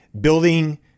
building